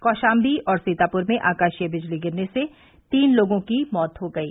कौशाम्बी और सीतापुर में आकाशीय बिजली गिरने से तीन लोगों की मौत हो गयी